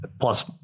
plus